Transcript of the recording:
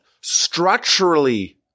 structurally